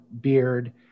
beard